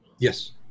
Yes